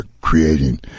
creating